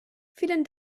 vielen